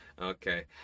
Okay